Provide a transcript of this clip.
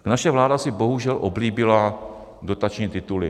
Naše vláda si bohužel oblíbila dotační tituly.